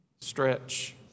Stretch